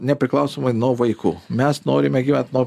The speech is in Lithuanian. nepriklausomai nuo vaikų mes norime gyvent nuo